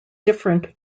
different